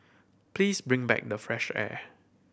please bring back the fresh air